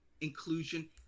Inclusion